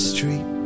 Street